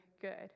good